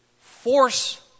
force